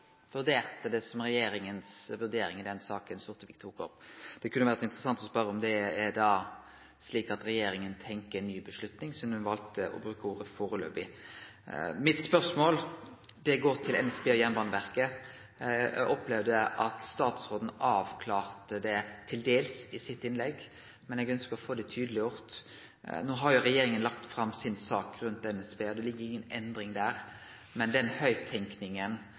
såg det som regjeringas vurdering i den saka Sortevik tok opp. Det kunne ha vore interessant å spørje om det er slik at regjeringa tenkjer på ei ny avgjerd sidan ho valde å bruke ordet «foreløpig». Mitt spørsmål går på NSB og Jernbaneverket. Eg opplevde at statsråden til dels avklarte det i sitt innlegg, men eg ønskjer å få det tydeleggjort. No har jo regjeringa lagt fram si sak rundt NSB, og det ligg inga endring der. Men høgttenkinga om NSB og Jernbaneverket – den